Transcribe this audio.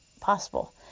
possible